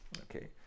okay